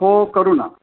हो करू ना